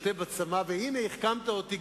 ובכן, אילו ידעתי, הייתי בעד מלכתחילה,